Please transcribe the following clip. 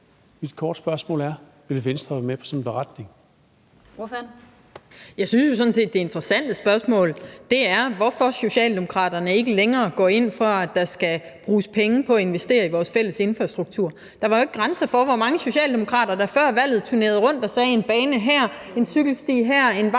Trane Nørby (V): Jeg synes jo sådan set, at det interessante spørgsmål er, hvorfor Socialdemokraterne ikke længere går ind for, at der skal bruges penge på at investere i vores fælles infrastruktur. Der var jo ikke grænser for, hvor mange socialdemokrater der før valget turnerede rundt og sagde: Der skal være en bane her, en cykelsti her, en vej her.